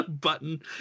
button